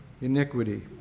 iniquity